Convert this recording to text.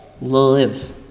live